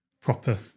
proper